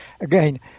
Again